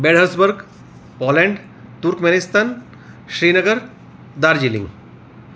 બેળહસબર્ગ Poland Turkmenistan Srinagar Darjeeling